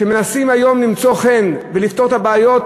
מנסים היום למצוא חן ולפתור את הבעיות